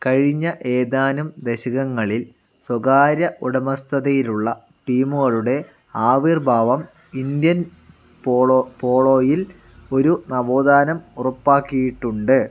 കഴിഞ്ഞ ഏതാനും ദശകങ്ങളിൽ സ്വകാര്യ ഉടമസ്ഥതയിലുള്ള ടീമുകളുടെ ആവിർഭാവം ഇന്ത്യൻ പോളോ പോളോയിൽ ഒരു നവോത്ഥാനം ഉറപ്പാക്കിയിട്ടുണ്ട്